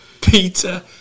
Peter